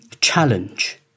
challenge